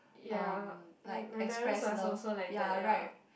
ya when my parents are also like that ya